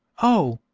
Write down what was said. oh,